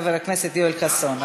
חבר הכנסת יואל חסון,